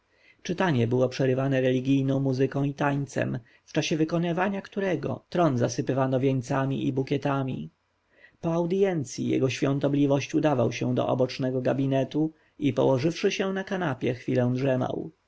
czytanie było przerywane religijną muzyką i tańcem w czasie wykonywania których tron zasypywano wieńcami i bukietami po audjencji jego świątobliwość udawał się do obocznego gabinetu i położywszy się na kanapie chwilę drzemał